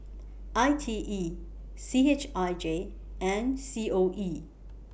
I T E C H I J and C O E